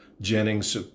Jennings